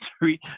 three